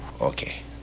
okay